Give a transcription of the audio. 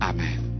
Amen